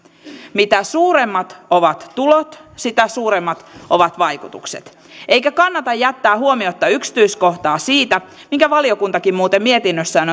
mitä suuremmat ovat tulot sitä suuremmat ovat vaikutukset eikä kannata jättää huomiotta sitä yksityiskohtaa minkä valiokuntakin muuten mietinnössään